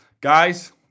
Guys